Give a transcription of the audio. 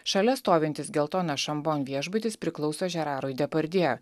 šalia stovintis geltonas šambom viešbutis priklauso žerarui depardjė